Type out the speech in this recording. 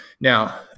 Now